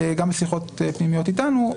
גם משיחות פנימיות איתנו,